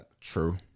true